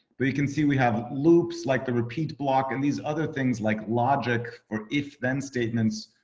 but you can see we have loops like the repeat block, and these other things like logic, or if then statements,